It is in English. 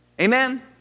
Amen